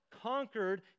conquered